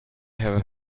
have